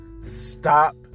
Stop